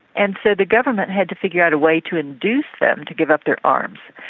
and so the government had to figure out a way to induce them to give up their arms,